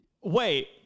Wait